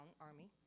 Army